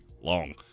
long